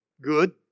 Good